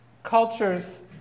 Cultures